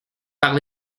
par